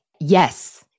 yes